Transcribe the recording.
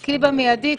במיידי,